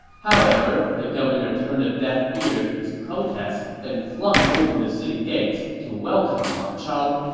however, the governor turned a deaf ear to his protests and flung open the city gates to welcome ma chao.